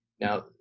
Now